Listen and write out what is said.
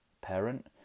parent